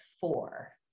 four